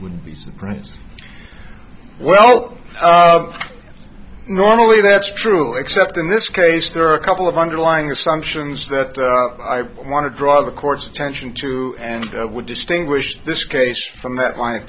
would be surprise well normally that's true except in this case there are a couple of underlying assumptions that i want to draw the court's attention to and would distinguish this case from that line of